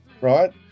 Right